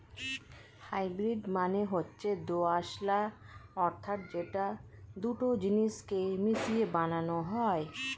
hybrid মানে হচ্ছে দোআঁশলা অর্থাৎ যেটা দুটো জিনিস কে মিশিয়ে বানানো হয়